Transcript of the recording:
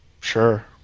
Sure